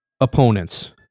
opponents